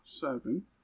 seven